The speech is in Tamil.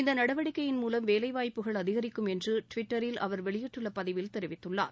இந்த நடவடிக்கையின் மூலம் வேலைவாய்ப்புகள் அதிகரிக்கும் என்று டுவிட்டரில் அவர் வெளியிட்டுள்ள பதிவில் தெரிவித்துள்ளார்